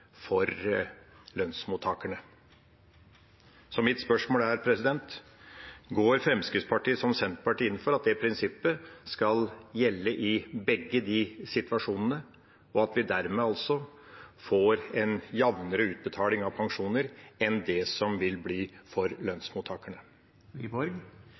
for lønnsmottakerne. Mitt spørsmål er: Går Fremskrittspartiet, som Senterpartiet gjør, inn for at det prinsippet skal gjelde i begge de situasjonene, og at vi dermed får en jevnere utbetaling av pensjoner enn det som det vil bli for